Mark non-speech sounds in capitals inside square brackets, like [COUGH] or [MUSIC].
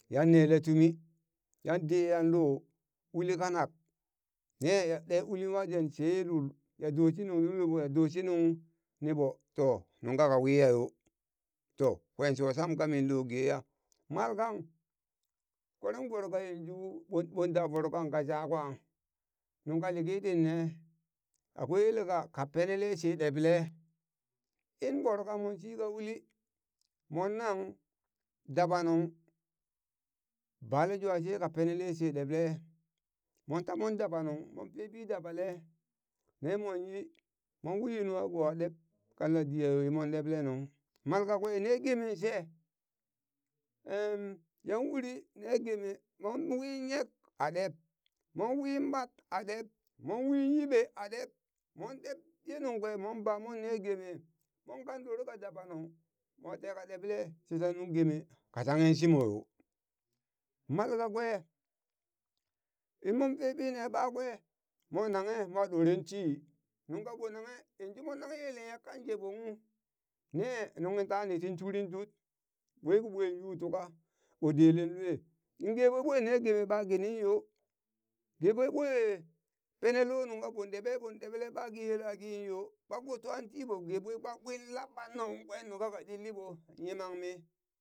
Yan nele tumi yan deya lo uli kanak ne ya ɗe uli nwa den sheye lul ya doshi nungti lulɓo ya doshi niɓo toh nunkaka wiya yo to kwen sho sham kaminlo geya malkang kweren voro ka yanzu ɓon ɓon da voro kanka ka za kwan nunka liki tin ne akwai yeleka ka penele she ɗeɓle in voro kamon shika uli mon nang daba nung bale jwa sheka penele she ɗeɓe mon tamon dabanung mon bebi dabale ne mon yi mon wi yu nuwako ɗeb kanladiyayo yimon ɗeɓle nung mal kakwe ne gemen she [HESITATION] yan uri ne geme mon win nyek a ɗeb, mon wiin ɓat a ɗeb, mon wi yiɓe a ɗeb, mon ɗeb ye nunkwe mon ba monne geme, mon kan ɗore ka daba nung mo teka ɗeɓle shoti nung geme ka shanghe shimo yo. Mal kakwe inmon ko bi ne ɓakwe mo nanghe mo ɗoren tii nung kaɓo nanghe yanzu mon nanghe yele nyek kan jeɓo ung ne nunghi tani tin turin tut ɓwe ki ɓwuen yu tuka ɓo delen lue ɓonge ɓweɓo ne geme ba kining yo ge ɓwe ɓo pene lonung kaɓon ɗeɓe ɓon ɗeble ɓaki yelakin yo kpak ɓo twan tiɓo ge bwe kpak inlaɓa nung kwen nungkaka ɗilli ɓo yimammi